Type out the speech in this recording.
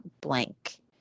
blank